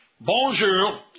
Bonjour